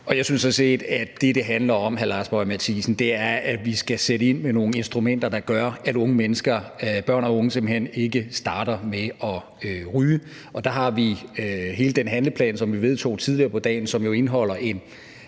Jeg synes sådan set, at det, det handler om, hr. Lars Boje Mathiesen, er, at vi skal sætte ind med nogle instrumenter, der gør, at unge mennesker – børn og unge – simpelt hen ikke starter med at ryge. Og der har vi hele den handleplan, som vi vedtog tidligere på dagen, som jo indeholder en